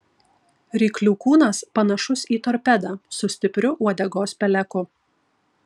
ryklių kūnas panašus į torpedą su stipriu uodegos peleku